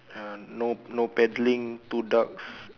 uh no no paddling two ducks